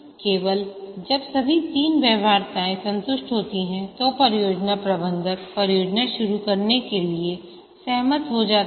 केवल जब सभी तीन व्यवहार्यताएं संतुष्ट होती हैं तो परियोजना प्रबंधक परियोजना शुरू करने के लिए सहमत हो जाता है